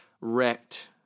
wrecked